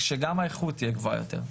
שגם האיכות תהיה גבוהה יותר,